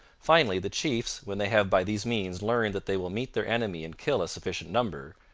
finally, the chiefs, when they have by these means learned that they will meet their enemy and kill a sufficient number,